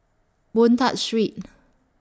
Boon Tat Street